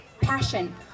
passion